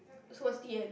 so what's D_N